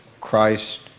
Christ